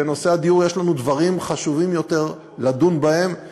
בנושא הדיור יש לנו דברים חשובים יותר לדון בהם,